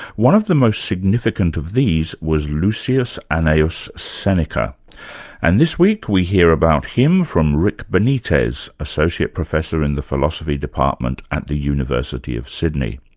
one of the most significant of these was lucius annaeus seneca and this week we hear about him from rick benitez, associate professor in the philosophy department at the university of sydney.